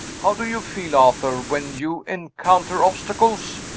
how do you feel, arthur, when you encounter obstacles?